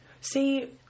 See